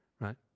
right